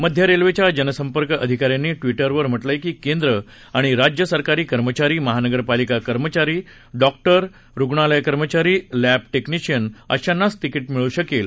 मध्य रेल्वेच्या जनसंपर्क अधिकाऱ्यांनी ट्विटरवर म्हटलंय की केंद्र आणि राज्यसरकारी कर्मचारी महानगरपालिका कर्मचारी डॉक्टर्स रूग्णालय कर्मचारी लघ्धटेक्नीशियन अशांनाच तिकिट मिळू शकेल